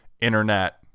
internet